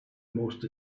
most